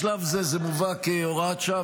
בשלב זה, זה מובא כהוראת שעה.